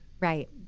Right